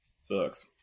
Sucks